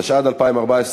התשע"ד 2014,